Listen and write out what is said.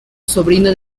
sobrino